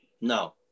no